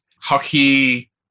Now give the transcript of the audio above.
hockey